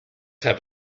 have